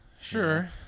sure